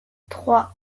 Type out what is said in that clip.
trois